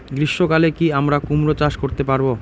গ্রীষ্ম কালে কি আমরা কুমরো চাষ করতে পারবো?